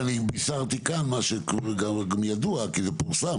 אגב, אני בישרתי כאן מה שגם ידוע כי זה פורסם.